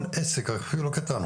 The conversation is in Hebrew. כל עסק אפילו קטן,